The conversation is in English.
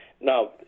Now